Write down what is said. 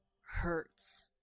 hurts